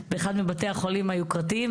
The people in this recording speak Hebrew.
באחד מבתי החולים היוקרתיים,